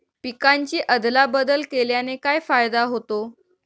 पिकांची अदला बदल केल्याने काय फायदा होतो?